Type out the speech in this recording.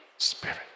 Spirit